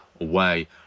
away